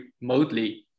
remotely